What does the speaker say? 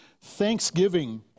Thanksgiving